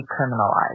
decriminalized